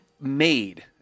made